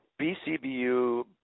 BCBU